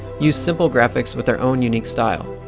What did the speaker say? use simple graphics with their own unique style.